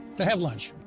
to have lunch.